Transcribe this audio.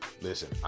Listen